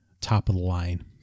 top-of-the-line